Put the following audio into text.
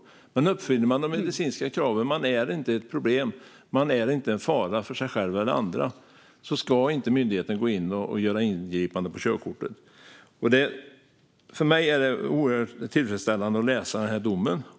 Men uppfyller man de medicinska kraven - man är inte ett problem, och man är inte en fara för sig själv eller andra - ska inte myndigheten gå in och göra ingripanden när det gäller körkortet. För mig är det oerhört tillfredsställande att läsa denna dom.